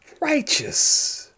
righteous